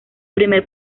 primer